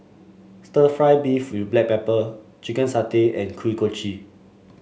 stir fry beef with Black Pepper Chicken Satay and Kuih Kochi